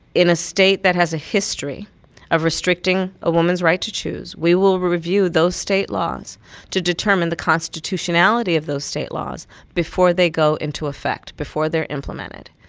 in a state that has a history of restricting a woman's right to choose. we will review those state laws to determine the constitutionality of those state laws before they go into effect, before they're implemented.